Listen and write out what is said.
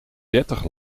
dertig